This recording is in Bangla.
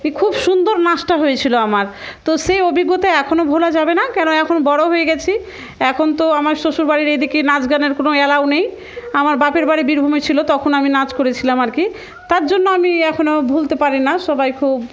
এই খুব সুন্দর নাচটা হয়েছিলো আমার তো সেই অভিজ্ঞতা এখনও ভোলা যাবে না কেন এখন বড়ো হয়ে গেছি এখন তো আমার শ্বশুর বাড়ির এদিকে নাচ গানের কোনো অ্যালাউ নেই আমার বাপের বাড়ি বীরভূমি ছিলো তখন আমি নাচ করেছিলাম আর কি তার জন্য আমি এখনও ভুলতে পারি না সবাই খুব